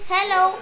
Hello